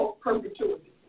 perpetuity